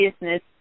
business